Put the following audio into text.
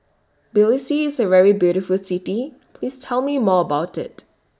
Tbilisi IS A very beautiful City Please Tell Me More about IT